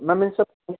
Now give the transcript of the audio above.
ma'am इन सबको